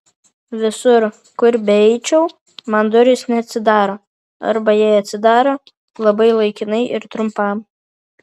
visur kur beeičiau man durys neatsidaro arba jei atsidaro labai laikinai ir trumpam